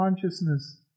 consciousness